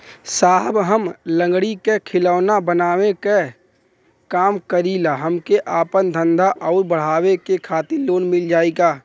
साहब हम लंगड़ी क खिलौना बनावे क काम करी ला हमके आपन धंधा अउर बढ़ावे के खातिर लोन मिल जाई का?